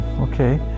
okay